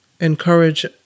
encourage